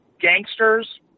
gangsters